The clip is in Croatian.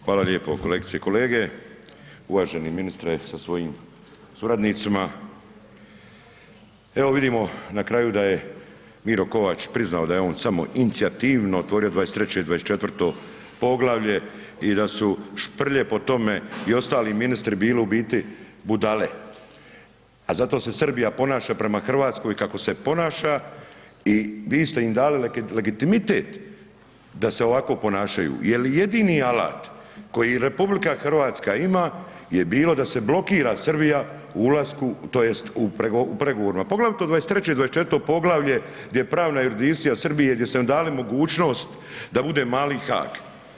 Hvala lijepo kolegice i kolege, uvaženi ministre sa svojim suradnicima, evo vidimo na kraju da je Miro Kovač priznao da je on samoinicijativno otvorio 23. i 24. poglavlje i da su Šprlje po tome i ostali ministri bili u biti budale a zato se Srbija ponaša prema Hrvatskoj kako se ponaša i vi ste im dali legitimitet da se ovako ponašaju jer jedini alat koji RH ima je bio da se blokira Srbija u ulasku tj. u pregovorima, poglavito u 23. i 24. poglavlje gdje pravna ... Srbije gdje su nam dali mogućnost da bude mali Haag.